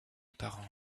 parents